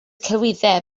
celwyddau